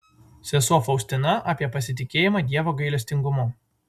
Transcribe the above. sesuo faustina apie pasitikėjimą dievo gailestingumu